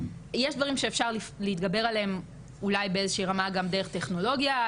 יש דברים שאפשר להתגבר עליהם אולי באיזושהי רמה גם דרך טכנולוגיה,